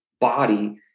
body